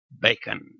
bacon